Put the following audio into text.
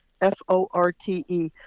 f-o-r-t-e